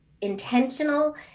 intentional